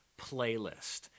playlist